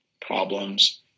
problems